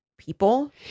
people